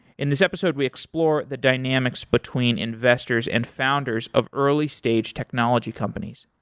in this episode we explore the dynamics between investors and founders of early stage technology companies.